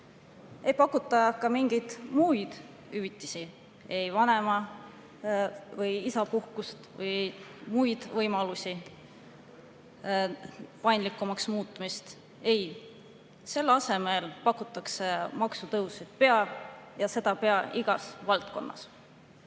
Ei pakuta ka mingeid muid hüvitisi, ei [ema]‑ või isapuhkust või muid võimalusi, [nende] paindlikumaks muutmist. Ei, selle asemele pakutakse maksutõuse ja seda pea igas valdkonnas.